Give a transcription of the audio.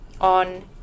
on